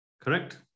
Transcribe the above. Correct